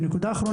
בנוסף,